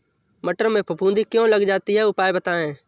मटर में फफूंदी क्यो लग जाती है उपाय बताएं?